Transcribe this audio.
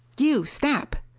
you, snap!